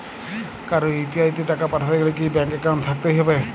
কারো ইউ.পি.আই তে টাকা পাঠাতে গেলে কি ব্যাংক একাউন্ট থাকতেই হবে?